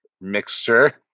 mixture